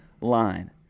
line